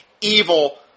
evil